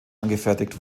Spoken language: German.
angefertigt